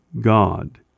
God